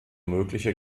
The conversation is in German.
mögliche